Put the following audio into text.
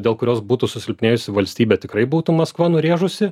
dėl kurios būtų susilpnėjusi valstybė tikrai būtų maskva nurėžusi